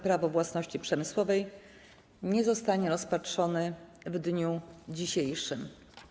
Prawo własności przemysłowej nie zostanie rozpatrzony w dniu dzisiejszym.